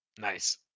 Nice